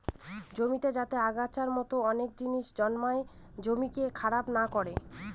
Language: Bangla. জমিতে যাতে আগাছার মতো অনেক জিনিস জন্মায় জমিকে খারাপ না করে